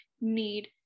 need